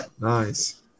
Nice